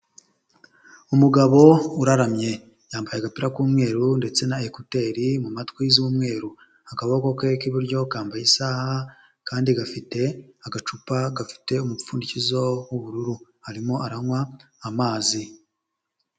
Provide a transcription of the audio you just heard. Umugabo uraramye yambaye agapira k'umweru ndetse na ekuteri mu matwi z'umweru, akaboko ke k'iburyo kambaye isaha kandi afite agacupa gafite umupfundikizo w'ubururu, arimo aranywa amazi.